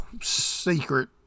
secret